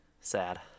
sad